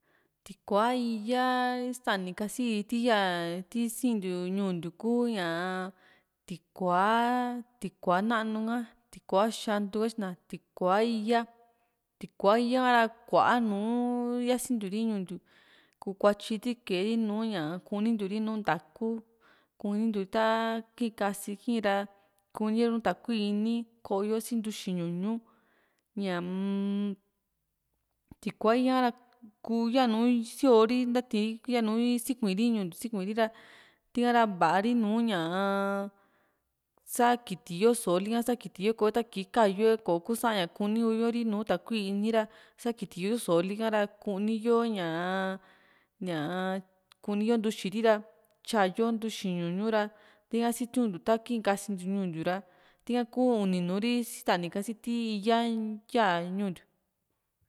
tikua íyaa sitani kasi yaa ti siin ntiu ñuu ntiu kuu ña tikúa´a tikua na´nu ha tikúa´a xantu katyina tikúa´a íya tikúa´a íya ka ra kuaa nùù yasintiu ri ñuu ntiu kuu kuatyi ri kee ri nùù ña kunintiu ri nu ntaa´ku kuntiu ri ta kii kasii ki´ra kune ri nùù takui i´ni koo´yo si ntuxi ñuñú ñaa-m tikú´a íya ha´ra kuu yanu sío´ri ntati yanu sikuii ri ñuu ntiu sikuiri ra tika ra va´a ri nùù ñaa sakiti yo sóo ri ha sakiti yo ko´e ta kii kayu´e kò´o kusa ña kuni uuyo ri nùù takui i´ni ra sakiti yo sooli ka ra kuni yo ñaa ña kuni yo ntuxiri ra tyayo ntuxi ñuñú ra tika sitiuntiu ra kii kasintiu ñuu ntiu ra tika ku uni nùù ri sitani kasi ti íya ya ñuu ntiu